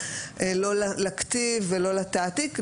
לא לכתיב ולא לתעתיק,